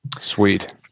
Sweet